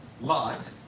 Lot